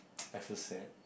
I so sad